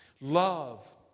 Love